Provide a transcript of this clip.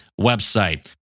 website